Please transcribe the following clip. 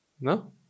No